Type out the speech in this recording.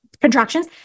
contractions